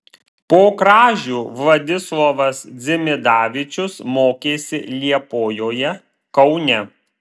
po kražių vladislovas dzimidavičius mokėsi liepojoje kaune